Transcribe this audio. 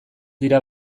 dira